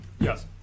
yes